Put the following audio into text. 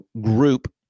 group